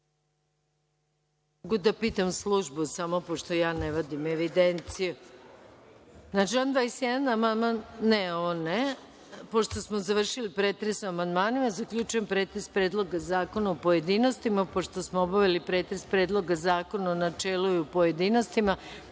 Mogu da pitam službu, pošto ja ne vodim evidenciju. Pošto smo završili pretres o amandmanima, zaključujem pretres Predloga zakona u pojedinostima. Pošto smo obavili pretres Predloga zakona u načelu i u pojedinostima,